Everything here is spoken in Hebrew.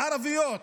הערביות,